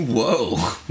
Whoa